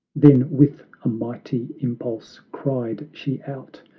then with a mighty impulse, cried she out,